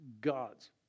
God's